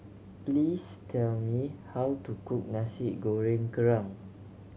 please tell me how to cook Nasi Goreng Kerang